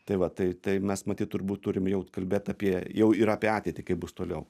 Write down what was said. tai va tai tai mes matyt turbūt turim jau kalbėt apie jau ir apie ateitį kaip bus toliau